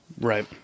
Right